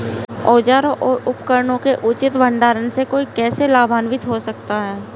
औजारों और उपकरणों के उचित भंडारण से कोई कैसे लाभान्वित हो सकता है?